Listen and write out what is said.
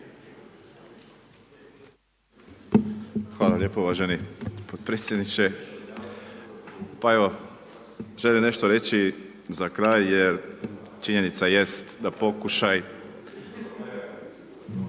Hvala lijepo uvaženi potpredsjedniče. Pa evo, želim nešto reći za kraj jer činjenica jest da pokušaj…